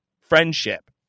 friendship